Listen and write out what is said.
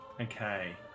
Okay